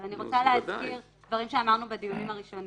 אבל אני רוצה להזכיר דברים שאמרנו בדיונים הראשונים.